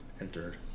entered